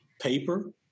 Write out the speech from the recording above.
paper